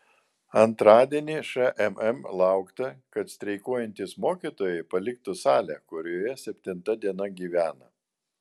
antradienį šmm laukta kad streikuojantys mokytojai paliktų salę kurioje septinta diena gyvena